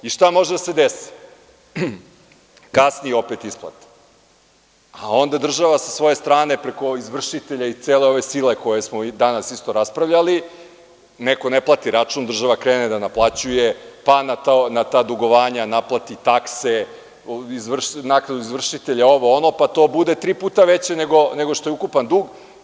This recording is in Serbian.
I šta može da se desi – opet kasni isplata, a onda država sa svoje strane, preko izvršitelja i cele ove sile o kojoj smo danas raspravljali, neko ne plati račun, država krene da naplaćuje, pa na ta dugovanja naplati takse, naknadu za izvršitelja, ovo, ono, pa to bude tri puta veće nego što je ukupan dug.